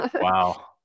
Wow